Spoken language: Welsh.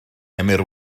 emyr